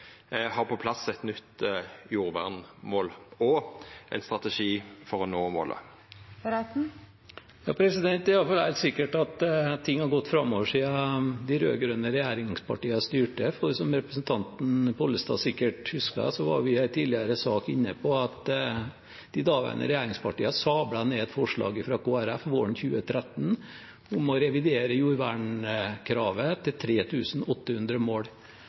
har på plass eit nytt jordvernmål og ein strategi for å nå målet? Det er iallfall helt sikkert at ting har gått framover siden de rød-grønne partiene styrte, for vi var, som representanten Pollestad sikkert husker, i en tidligere sak inne på at de daværende regjeringspartiene sablet ned et forslag fra Kristelig Folkeparti våren 2013 om å revidere jordvernkravet til 3 800 mål.